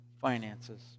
finances